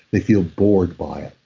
they feel bored by it.